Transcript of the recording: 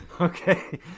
Okay